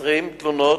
בירושלים,